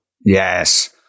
Yes